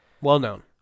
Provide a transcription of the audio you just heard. well-known